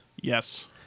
Yes